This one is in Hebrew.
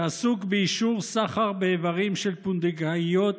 שעסוק באישור סחר באיברים של פונדקאיות